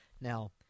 Now